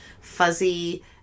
fuzzy